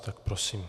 Tak prosím.